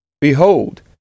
behold